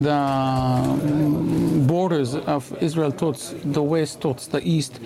הגבולות של ישראל לכיוון מערב, לכיוון מזרח